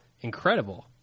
incredible